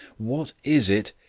what is it?